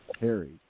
Harry